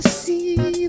see